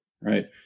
Right